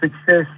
success